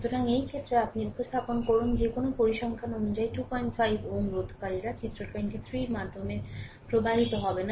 সুতরাং এই ক্ষেত্রে আপনি উপস্থাপন করুন যে কোনও পরিসংখ্যান অনুযায়ী 25 Ω রোধকারীরা চিত্র 23 এর মধ্য দিয়ে প্রবাহিত হবে না